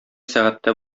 сәгатьтә